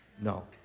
No